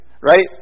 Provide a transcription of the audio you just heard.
Right